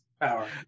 power